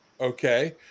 okay